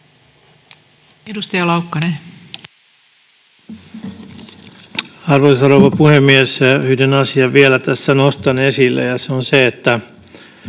19:55 Content: Arvoisa rouva puhemies! Yhden asian tässä vielä nostan esille, ja se on se, että